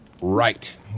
Right